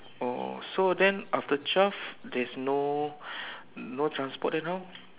oh so then after twelve there's no no transport then how